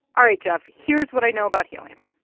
all right, geoff, here's what i know about helium.